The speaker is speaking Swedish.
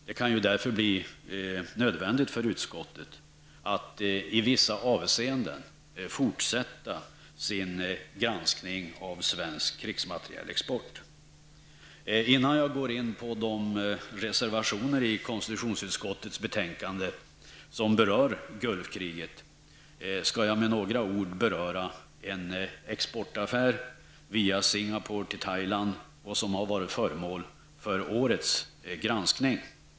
Det kan därför bli nödvändigt för utskottet att i vissa avseenden fortsätta sin granskning av svensk krigsmaterielexport. Herr talman! Innan jag går in på de reservationer i konstitutionsutskottets betänkande, som berör Gulfkriget, skall jag med några ord beröra en exportaffär, via Singapore och Thailand, vilken affär varit föremål för årets granskning.